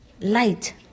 light